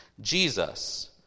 Jesus